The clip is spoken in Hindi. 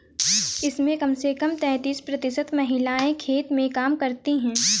इसमें कम से कम तैंतीस प्रतिशत महिलाएं खेत में काम करती हैं